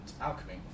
alchemy